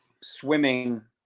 swimming